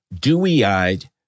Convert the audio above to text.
dewy-eyed